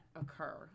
occur